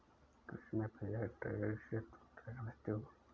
कृषि में fair trade से तुम क्या समझते हो?